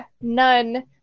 none